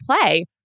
play